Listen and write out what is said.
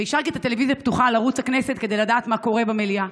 והשארתי את הטלוויזיה פתוחה על ערוץ הכנסת כדי לדעת מה קורה במליאה